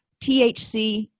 THC